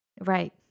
right